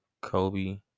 Kobe